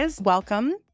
Welcome